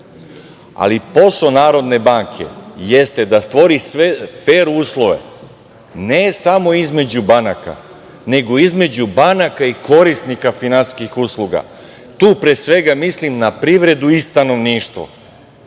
banaka. Posao Narodne banke jeste da stvori fer uslove, ne samo između banaka, nego između banaka i korisnika finansijskih usluga. Tu pre svega mislim na privredu i stanovništvo.